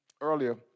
earlier